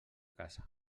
casa